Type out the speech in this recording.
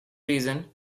reason